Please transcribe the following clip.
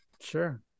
sure